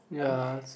ya